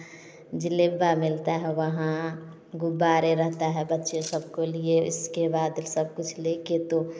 जलेबा मिलता है वहाँ गुब्बारे रहता है बच्चे सब के लिए इसके बाद सब कुछ ले कर तो